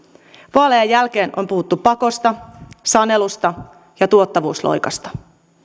vaalien jälkeen on puhuttu pakosta sanelusta ja tuottavuusloikasta